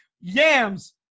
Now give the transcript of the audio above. Yams